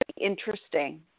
interesting